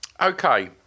Okay